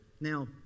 Now